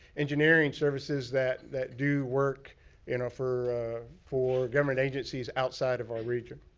engineering services that that do work you know for for government agencies outside of our region.